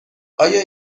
آیا